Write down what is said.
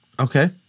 okay